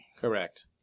Correct